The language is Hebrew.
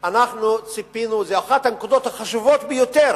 אנחנו ציפינו, זו אחת הנקודות החשובות ביותר